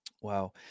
wow